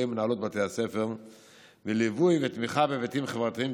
ומנהלות בתי הספר וליווי ותמיכה בהיבטים חברתיים,